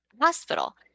hospital